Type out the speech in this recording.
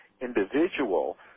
individual